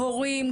הורים,